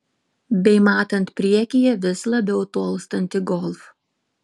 bei matant priekyje vis labiau tolstantį golf